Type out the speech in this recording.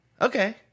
Okay